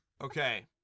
okay